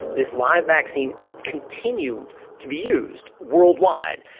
this live vaccine continue to be used worldwide.